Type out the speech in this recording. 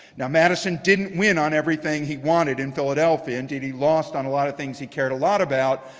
now madison didn't win on everything he wanted in philadelphia. indeed he lost on a lot of things he cared a lot about.